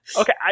okay